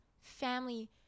family